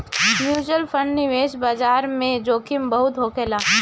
mutual fund निवेश बाजार में जोखिम बहुत होखेला